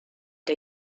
der